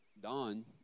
Don